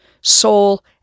soul-